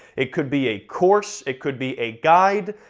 it could be a course, it could be a guide,